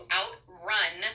outrun